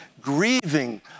grieving